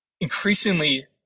increasingly